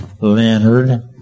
Leonard